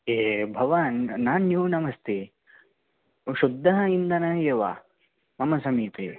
ए भवान् न न्यूनमस्ति शुद्धः इन्धनः एव मम समीपे